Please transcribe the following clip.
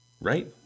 right